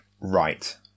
Right